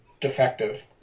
defective